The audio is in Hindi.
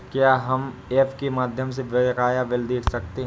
क्या हम ऐप के माध्यम से बकाया बिल देख सकते हैं?